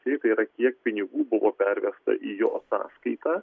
taip tai yra kiek pinigų buvo pervesta į jo sąskaitą